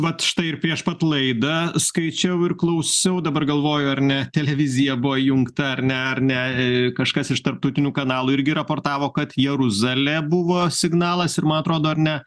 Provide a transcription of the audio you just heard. vat štai ir prieš pat laidą skaičiau ir klausiau dabar galvoju ar ne televizija buvo įjungta ar ne ar ne kažkas iš tarptautinių kanalų irgi raportavo kad jeruzalė buvo signalas ir man atrodo ar ne